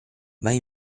vai